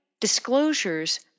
disclosures